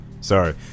sorry